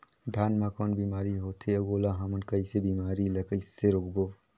धान मा कौन बीमारी होथे अउ ओला हमन कइसे बीमारी ला कइसे रोकबो?